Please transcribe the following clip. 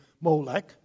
Molech